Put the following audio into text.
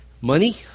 money